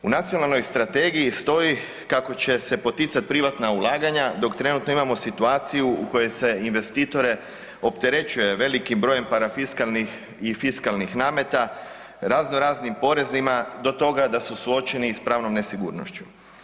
U Nacionalnoj strategiji stoji kako će se poticat privatna ulaganja dok trenutno imamo situaciju u kojoj se investitore opterećuje velikim brojem parafiskalnih i fiskalnih nameta, raznoraznim porezima do toga da su suočeni sa pravnom nesigurnošću.